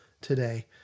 today